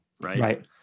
right